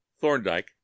thorndyke